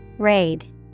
Raid